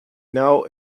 know